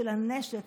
של הנשק,